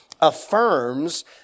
affirms